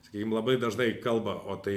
sakykim labai dažnai kalba o tai